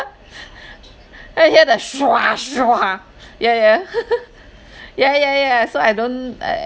then I hear the shua shua ya ya ya ya ya so I don't I